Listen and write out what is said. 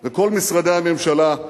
וכל משרדי הממשלה.